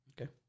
Okay